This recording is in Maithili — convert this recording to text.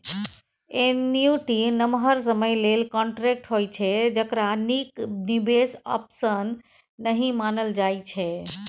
एन्युटी नमहर समय लेल कांट्रेक्ट होइ छै जकरा नीक निबेश आप्शन नहि मानल जाइ छै